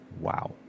Wow